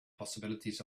possibilities